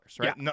right